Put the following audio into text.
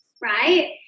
right